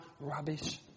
Rubbish